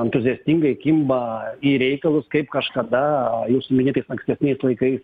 entuziastingai kimba į reikalus kaip kažkada jūsų minėtais ankstesniais laikais